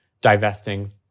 divesting